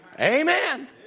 Amen